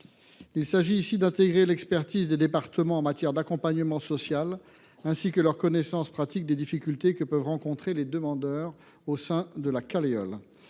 Il s’agit ici de prendre en compte l’expertise des départements en matière d’accompagnement social, ainsi que leur connaissance pratique des difficultés que peuvent rencontrer les demandeurs au sein de la Caleol.